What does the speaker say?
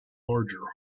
larger